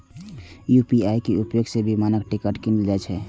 UPI के उपयोग सं विमानक टिकट कीनल जा सकैए